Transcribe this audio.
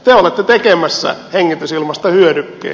te olette tekemässä hengitysilmasta hyödykkeen